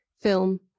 film